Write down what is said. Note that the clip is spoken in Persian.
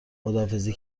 خداحافظی